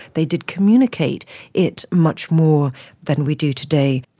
they did communicate it much more than we do today.